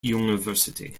university